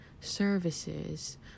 services